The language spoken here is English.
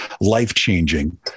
life-changing